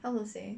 how to say